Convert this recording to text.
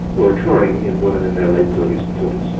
were occurring in women in their late thirty s and forty s.